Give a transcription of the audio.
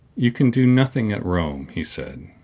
you can do nothing at rome, he said,